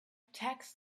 tax